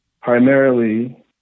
primarily